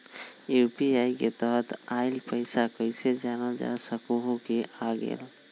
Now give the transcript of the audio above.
UPI के तहत आइल पैसा कईसे जानल जा सकहु की आ गेल?